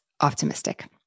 optimistic